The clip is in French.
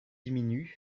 diminuent